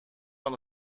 van